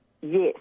yes